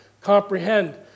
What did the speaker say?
comprehend